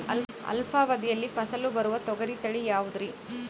ಅಲ್ಪಾವಧಿಯಲ್ಲಿ ಫಸಲು ಬರುವ ತೊಗರಿ ತಳಿ ಯಾವುದುರಿ?